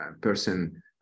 person